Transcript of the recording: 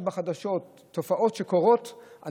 בחדשות אבל מזניחים תופעות שקורות,